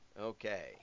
okay